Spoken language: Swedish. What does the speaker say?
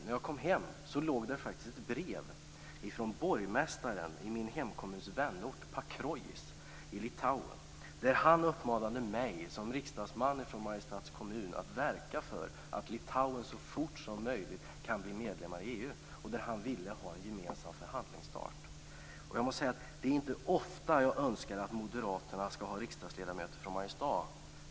När jag kom hem låg ett brev där från borgmästaren i min hemkommuns vänort i Litauen, Pakruojis. Han uppmanade mig, som riksdagsman från Mariestads kommun, att verka för att Litauen så fort som möjligt kan bli medlem i EU. Han ville ha en gemensam förhandlingsstart. Det är inte ofta jag önskar att Moderaterna skall ha riksdagsledamöter från Mariestad.